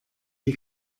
die